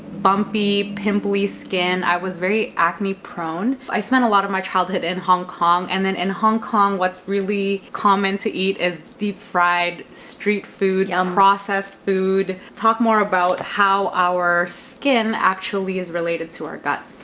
bumpy, pimply skin, i was very acne prone. i spent a lot of my childhood in hong kong and then in hong kong what's really common to eat is deep fried, street food, yeah um processed food, talk more about how our skin actually is related to our gut.